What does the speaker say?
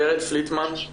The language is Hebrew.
ורד פליטמן.